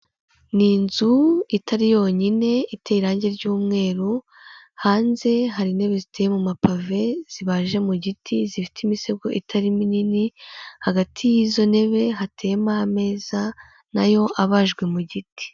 Ni inzu itari yonyine iteye irange ry'umweru, hanze hari intebe ziteye mu mapave, zibaje mu giti, zifite imisego itari minini, hagati y'izo ntebe hateyemo ameza nayo abajwe mu giti.